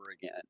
again